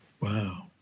Wow